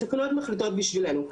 התקנות מחליטות בשבילנו,